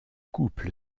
couple